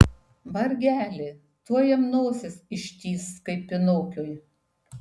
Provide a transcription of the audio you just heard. vargeli tuoj jam nosis ištįs kaip pinokiui